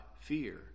fear